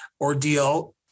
ordeal